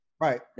Right